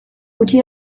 gutxi